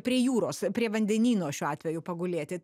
prie jūros prie vandenyno šiuo atveju pagulėti